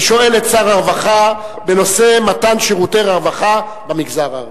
שואל את שר הרווחה בנושא: מתן שירותי רווחה במגזר הערבי.